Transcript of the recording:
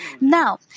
Now